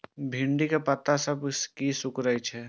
भिंडी के पत्ता सब किया सुकूरे छे?